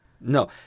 No